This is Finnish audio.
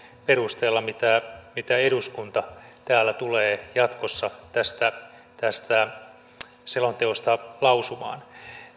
perusteella mitä eduskunta täällä tulee jatkossa tästä tästä selonteosta lausumaan